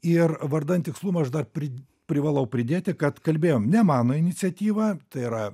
ir vardan tikslumo aš dar pri privalau pridėti kad kalbėjom ne mano iniciatyva tai yra